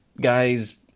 guys